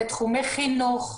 זה תחומי חינוך,